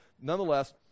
nonetheless